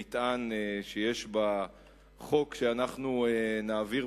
שנטען שיש בחוק שאנחנו נעביר,